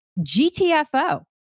GTFO